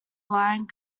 line